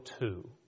two